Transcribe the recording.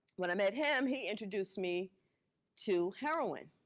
when i met him, he introduced me to heroin.